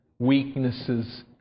Weaknesses